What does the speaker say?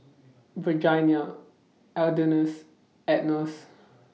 Virginia Elida and Enos